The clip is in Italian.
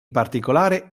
particolare